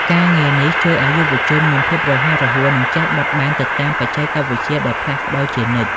ការងារនេះជួយឱ្យយុវជនមានភាពរហ័សរហួន និងចេះបត់បែនទៅតាមបច្ចេកវិទ្យាដែលផ្លាស់ប្តូរជានិច្ច។